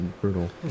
brutal